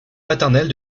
paternelle